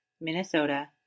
Minnesota